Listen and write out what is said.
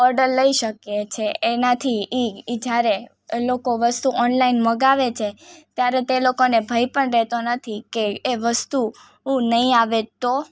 order લઈ શકીએ છે એનાથી એ એ જ્યારે લોકો વસ્તુ ઓનલાઈન મગાવે છે ત્યારે તે લોકોને ભય પણ રહેતો નથી કે એ વસ્તુ એ નહીં આવે તો